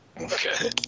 Okay